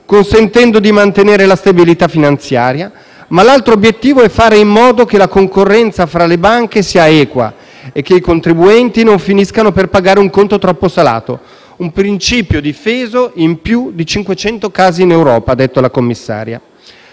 consentendo di mantenere la stabilità finanziaria, ma che l'altro obiettivo è fare in modo che la concorrenza fra le banche sia equa e che i contribuenti non finiscano per pagare un conto troppo salato. Un principio difeso in più di cinquecento casi in Europa, ha detto la Commissaria